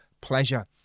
pleasure